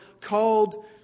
called